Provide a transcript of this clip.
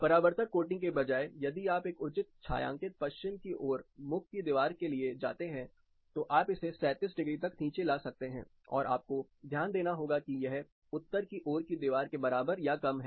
परावर्तक कोटिंग के बजाय यदि आप एक उचित छायांकित पश्चिम की ओर मुख की दीवार के लिए जाते हैं तो आप इसे 37 डिग्री तक नीचे ला सकते हैं और आपको ध्यान देना होगा कि यह उत्तर की ओर की दीवार के बराबर या कम है